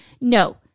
No